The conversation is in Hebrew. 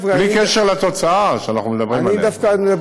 בלי קשר לתוצאה שאנחנו מדברים עליה.